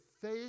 faith